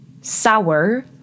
sour